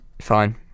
Fine